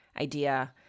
idea